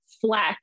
flex